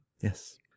Yes